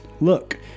look